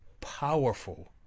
powerful